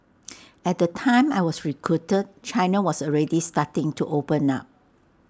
at the time I was recruited China was already starting to open up